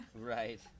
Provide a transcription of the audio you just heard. right